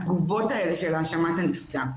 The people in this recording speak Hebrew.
התגובות האלה של האשמת הנפגע.